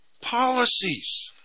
policies